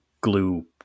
glue